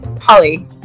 holly